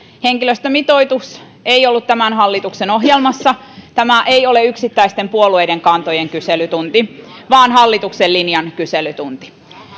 henkilöstömitoitus ei ollut tämän hallituksen ohjelmassa tämä ei ole yksittäisten puolueiden kantojen kyselytunti vaan hallituksen linjan kyselytunti